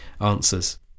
answers